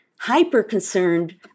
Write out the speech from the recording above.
hyper-concerned